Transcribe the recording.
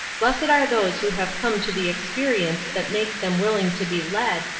blessed are those who have come to the experience that makes them willing to be led,